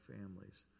families